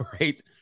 right